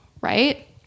right